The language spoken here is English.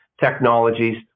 technologies